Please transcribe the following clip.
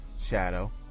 Shadow